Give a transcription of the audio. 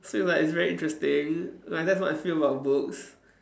so it's like it's very interesting ya that's what I feel about books